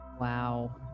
Wow